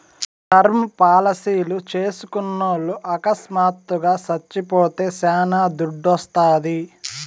term పాలసీలు చేస్కున్నోల్లు అకస్మాత్తుగా సచ్చిపోతే శానా దుడ్డోస్తాది